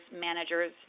managers